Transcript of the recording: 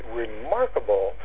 remarkable